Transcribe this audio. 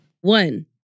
One